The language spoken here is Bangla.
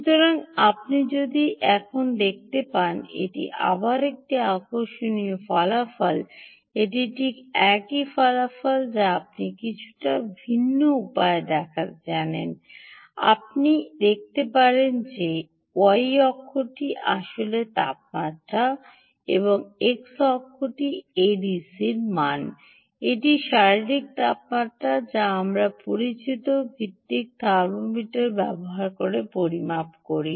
সুতরাং আপনি যদি এখন দেখতে পান এটি আবার একটি আকর্ষণীয় ফলাফল এটি ঠিক একই ফলাফল যা আপনি কিছুটা ভিন্ন উপায়ে দেখান জানেন আপনি দেখতে পারেন যে y অক্ষটি আসলে তাপমাত্রা এবং x অক্ষটি অ্যাডিসি মান এটি শারীরিক তাপমাত্রা যা আমরা পরিচিতি ভিত্তিক থার্মোমিটার ব্যবহার করে পরিমাপ করি